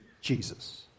jesus